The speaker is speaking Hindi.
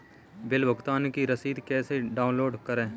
बिल भुगतान की रसीद कैसे डाउनलोड करें?